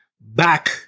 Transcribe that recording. back